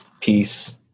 Peace